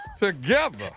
Together